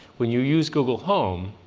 when you use google home,